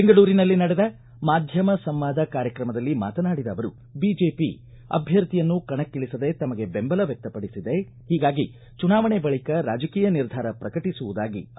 ಬೆಂಗಳೂರಿನಲ್ಲಿ ನಡೆದ ಮಾಧ್ಯಮ ಸಂವಾದ ಕಾರ್ಯಕ್ರಮದಲ್ಲಿ ಮಾತನಾಡಿದ ಅವರು ಬಿಜೆಪಿ ಅಭ್ಯರ್ಥಿಯನ್ನು ಕಣಕ್ಕಿಳಿಸದೆ ತಮಗೆ ಬೆಂಬಲ ವ್ಯಕ್ಷಪಡಿಸಿದೆ ಹೀಗಾಗಿ ಚುನಾವಣೆ ಬಳಿಕ ರಾಜಕೀಯ ನಿರ್ಧಾರ ಪ್ರಕಟಿಸುವುದಾಗಿ ಅವರು ಹೇಳಿದರು